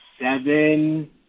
seven